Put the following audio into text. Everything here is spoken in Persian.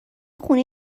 خونه